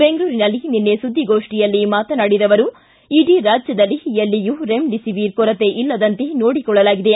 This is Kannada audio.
ಬೆಂಗಳೂರಿನಲ್ಲಿ ನಿನ್ನೆ ಸುದ್ದಿಗೋಷ್ಷಿಯಲ್ಲಿ ಮಾತನಾಡಿದ ಅವರು ಇಡೀ ರಾಜ್ಲದಲ್ಲಿ ಎಲ್ಲಿಯೂ ರೆಮಿಡಿಸಿವರ್ ಕೊರತೆ ಇಲ್ಲದಂತೆ ನೋಡಿಕೊಳ್ಳಲಾಗಿದೆ